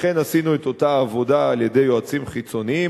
לכן עשינו את אותה עבודה על-ידי יועצים חיצוניים.